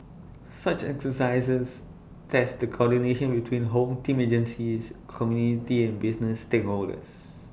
such exercises test the coordination between home team agencies community and business stakeholders